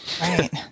Right